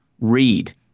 read